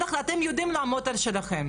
אתם יודעים לעמוד על שלכם,